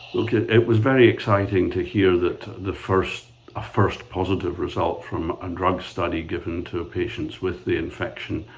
it was very exciting to hear that the first ah first positive result from a drug study given to patients with the infection,